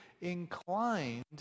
inclined